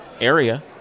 area